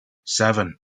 seven